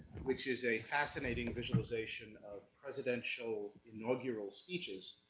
which is a fascinating visualization of presidential inaugural speeches,